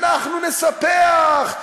אנחנו נספח,